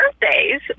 birthdays